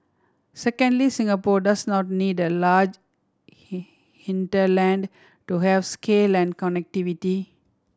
secondly Singapore does not need a large hinterland to have scale and connectivity